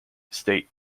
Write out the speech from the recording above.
state